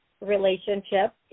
relationship